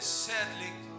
sadly